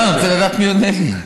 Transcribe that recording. לא, אני רוצה לדעת מי עונה לי.